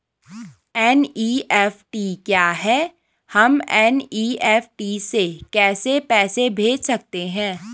NEFT क्या है हम एन.ई.एफ.टी से कैसे पैसे भेज सकते हैं?